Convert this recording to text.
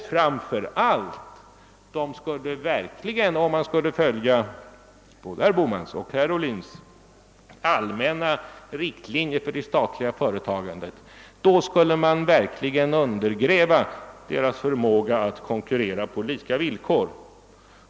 Framför allt skulle man, om man följde herr Bohmans och herr Ohlins allmänna riktlinjer för de stat liga företagen, verkligen undergräva de statliga företagens förmåga att konkurrera på lika villkor.